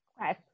Right